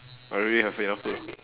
I really have enough food